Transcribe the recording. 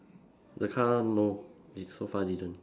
the car no it's so far didn't